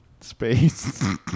space